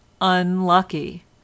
unlucky